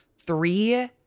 three